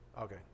Okay